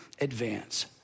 advance